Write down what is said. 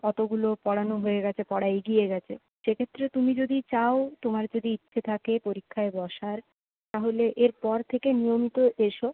অতগুলো পড়ানো হয়ে গেছে পড়া এগিয়ে গেছে সে ক্ষেত্রে তুমি যদি চাও তোমার যদি ইচ্ছে থাকে পরীক্ষায় বসার তাহলে এরপর থেকে নিয়মিত এসো